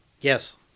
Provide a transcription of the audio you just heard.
Yes